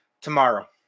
tomorrow